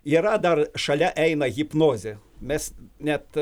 yra dar šalia eina hipnozė mes net